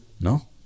no